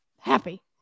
happy